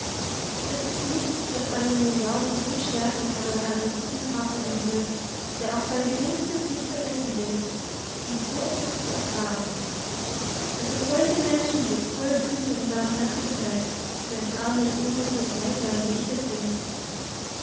es ist nichts das einem den glauben so stärken kann an einen guten vater im himmel der auch sein geringstes nicht vergessen will wie so etwas zu erfahren daß es solche menschen gibt voll güte und barmherzigkeit für ein armes unnützes weiblein wie ich eins bin